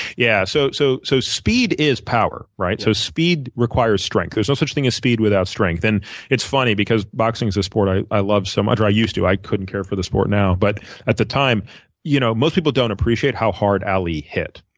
yeah, so so so speed is power. so speed requires strength. there's no such thing as speed without strength. and it's funny because boxing's a sport i i love so much. i used to. i couldn't care for the sport now, but at the time you know most people don't appreciate how hard ali hit.